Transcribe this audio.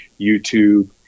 YouTube